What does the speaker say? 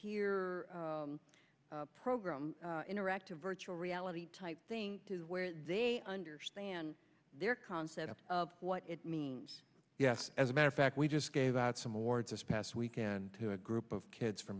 peer program interactive virtual reality type thing where they understand their concept of what it means yes as a matter of fact we just gave out some awards this past weekend to a group of kids from